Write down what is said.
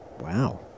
Wow